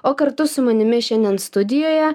o kartu su manimi šiandien studijoje